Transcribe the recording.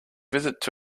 visit